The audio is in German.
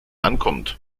ankommt